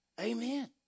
Amen